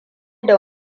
da